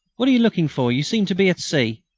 what are you looking for? you seem to be at sea.